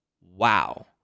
Wow